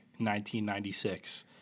1996